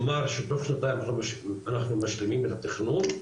נאמר שתוך שנתיים אנחנו משלימים את התכנון,